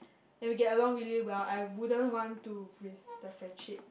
and we get along really well I wouldn't want to risk the friendship